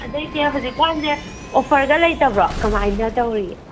ꯑꯗꯩꯗꯤ ꯍꯧꯖꯤꯛꯀꯥꯟꯁꯦ ꯑꯣꯐꯔꯒ ꯂꯩꯇꯕ꯭ꯔꯣ ꯀꯃꯥꯏꯅ ꯇꯧꯔꯤꯒꯦ